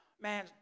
Man